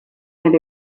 and